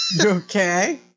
Okay